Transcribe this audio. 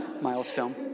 Milestone